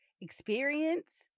experience